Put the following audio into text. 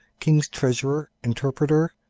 king's treasurer, interpreter,